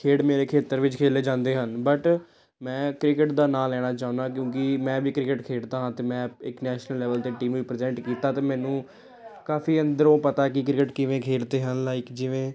ਖੇਡ ਮੇਰੇ ਖੇਤਰ ਵਿੱਚ ਖੇਡੇ ਜਾਂਦੇ ਹਨ ਬਟ ਮੈਂ ਕ੍ਰਿਕਟ ਦਾ ਨਾਮ ਲੈਣਾ ਚਾਹੁੰਦਾ ਕਿਉਂਕਿ ਮੈਂ ਵੀ ਕ੍ਰਿਕਟ ਖੇਡਦਾ ਹਾਂ ਅਤੇ ਮੈਂ ਇੱਕ ਨੈਸ਼ਨਲ ਲੈਵਲ 'ਤੇ ਟੀਮ ਨੂੰ ਰੀਪ੍ਰਜੈਂਟ ਕੀਤਾ ਅਤੇ ਮੈਨੂੰ ਕਾਫੀ ਅੰਦਰੋਂ ਪਤਾ ਕਿ ਕ੍ਰਿਕਟ ਕਿਵੇਂ ਖੇਡਦੇ ਹਨ ਲਾਈਕ ਜਿਵੇਂ